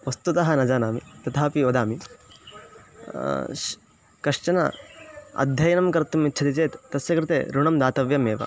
वस्तुतः न जानामि तथापि वदामि कश्चन अध्ययनं कर्तुम् इच्छति चेत् तस्य कृते ऋणं दातव्यमेव